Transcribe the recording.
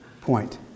point